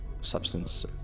substance